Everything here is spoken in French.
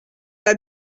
pas